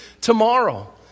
tomorrow